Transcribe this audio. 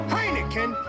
Heineken